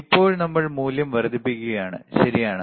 ഇപ്പോൾ നമ്മൾ മൂല്യം വർദ്ധിപ്പിക്കുകയാണ് ശരിയാണ്